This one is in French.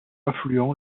affluent